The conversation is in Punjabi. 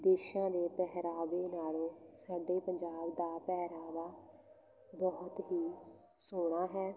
ਦੇਸ਼ਾਂ ਦੇ ਪਹਿਰਾਵੇ ਨਾਲੋਂ ਸਾਡੇ ਪੰਜਾਬ ਦਾ ਪਹਿਰਾਵਾ ਬਹੁਤ ਹੀ ਸੋਹਣਾ ਹੈ